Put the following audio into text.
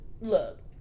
look